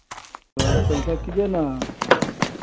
हाँ पैसा कि देना है